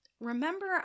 remember